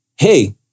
hey